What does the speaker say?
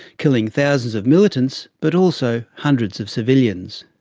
killing thousands of militants but also hundreds of civilians.